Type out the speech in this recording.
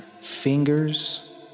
fingers